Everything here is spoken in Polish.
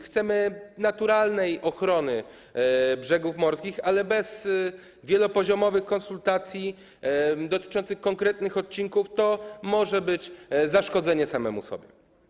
Chcemy naturalnej ochrony brzegów morskich, ale bez wielopoziomowych konsultacji dotyczących konkretnych odcinków to może oznaczać zaszkodzenie samemu sobie.